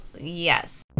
yes